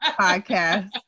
podcast